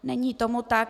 Není tomu tak.